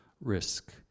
risk